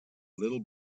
little